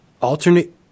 alternate